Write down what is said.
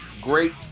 great